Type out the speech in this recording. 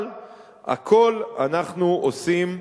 אבל הכול אנחנו עושים,